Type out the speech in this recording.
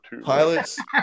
pilots